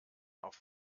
auf